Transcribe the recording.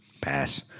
Pass